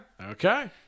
Okay